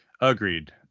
Agreed